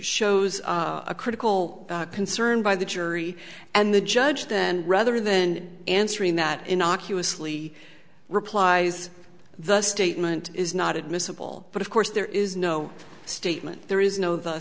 shows a critical concern by the jury and the judge then rather than answering that innocuously replies the statement is not admissible but of course there is no statement there is no the